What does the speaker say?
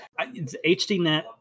HDNet